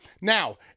Now